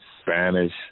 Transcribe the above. Spanish